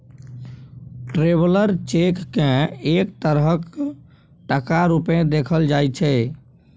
traveller cheque केँ एक तरहक टका रुपेँ देखल जाइ छै